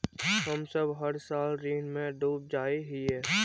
हम सब हर साल ऋण में डूब जाए हीये?